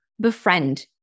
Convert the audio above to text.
befriend